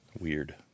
Weird